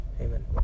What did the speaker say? Amen